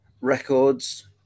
records